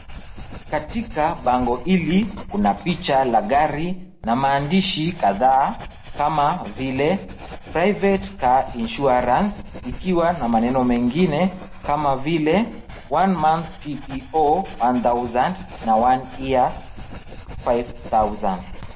Katika bango hili kuna picha la gari na maandishi kadhaa kama vile private car insurance ikiwa na maneno mengine kama vile one month TPO one thousand na one year, five thousand .